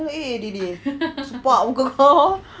eh dear dear sepak muka kau